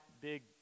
big